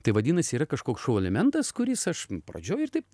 tai vadinasi yra kažkoks šou kuris aš pradžioj ir taip